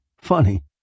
Funny